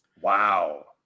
Wow